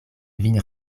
vin